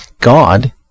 God